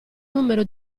numero